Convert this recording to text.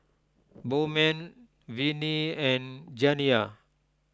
Bowman Vinie and Janiya